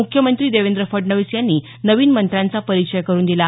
मुख्यमंत्री देवेंद्र फडणवीस यांनी नवीन मंत्र्यांचा परिचय करुन दिला